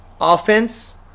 offense